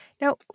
Now